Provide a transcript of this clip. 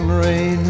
rain